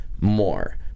more